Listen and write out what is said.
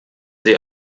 sie